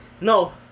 no